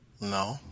no